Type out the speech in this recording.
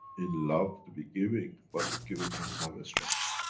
in love to be giving, but the giving has to have a structure.